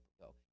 go